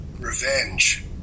revenge